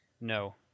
No